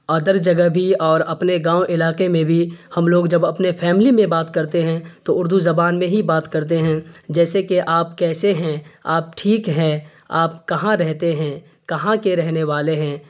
other جگہ بھی اور اپنے گاؤں علاقے میں بھی ہم لوگ جب اپنے فیملی میں بات کرتے ہیں تو اردو زبان میں ہی بات کرتے ہیں جیسے کہ آپ کیسے ہیں آپ ٹھیک ہیں آپ کہاں رہتے ہیں کہاں کے رہنے والے ہیں